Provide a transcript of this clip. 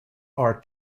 are